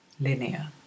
linear